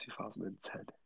2010